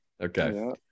Okay